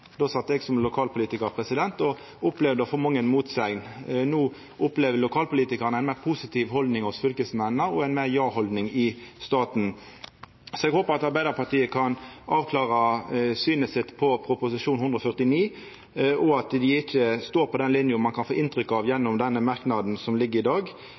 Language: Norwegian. Då var eg lokalpolitikar og opplevde å få mange motsegner. No opplever lokalpolitikarane ein meir positiv haldning frå fylkesmennene og meir ein ja-haldning frå staten. Så eg håpar at Arbeidarpartiet kan avklara synet sitt på Prop. 149 L, og at dei ikkje står på den linja ein kan få inntrykk av. Gjennom merknaden som ligg føre i dag,